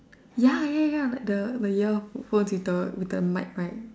ya ya ya ya ya like the the earphones with the with the mic right